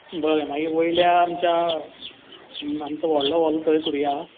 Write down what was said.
बरें मागीर वयल्या आमच्या आमचो व्हडलो हॉल थंय करुयां